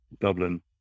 Dublin